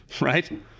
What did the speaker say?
right